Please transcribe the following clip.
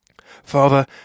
Father